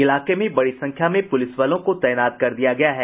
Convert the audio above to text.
इलाके में बड़ी संख्या में पुलिस बलों को तैनात कर दिया गया है